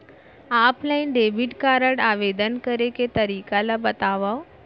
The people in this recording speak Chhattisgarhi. ऑफलाइन डेबिट कारड आवेदन करे के तरीका ल बतावव?